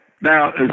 Now